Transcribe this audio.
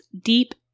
deep